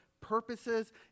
purposes